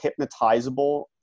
hypnotizable